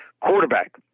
Quarterback